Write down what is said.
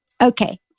Okay